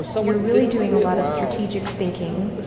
you're really doing a lot of strategic thinking.